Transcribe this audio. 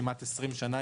כמעט 20 שנה,